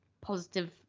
positive